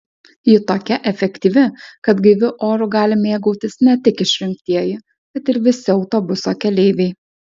ji tokia efektyvi kad gaiviu oru gali mėgautis ne tik išrinktieji bet ir visi autobuso keleiviai